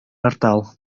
ardal